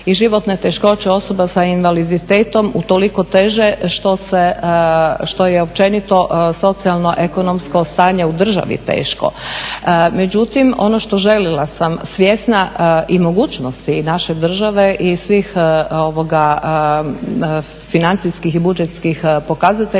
i životne teškoće osoba sa invaliditetom utoliko teže što se, što je općenito socijalno ekonomsko stanje u državi teško. Međutim on što željela sam, svjesna i mogućnosti i naše države i svih financijskih i budžetskih pokazatelja